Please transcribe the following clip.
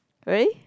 really